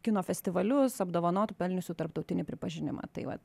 kino festivalius apdovanotų pelniusių tarptautinį pripažinimą taip vat